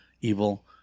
evil